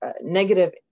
negative